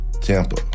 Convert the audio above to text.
Tampa